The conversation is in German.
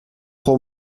pro